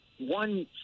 one